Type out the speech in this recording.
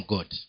God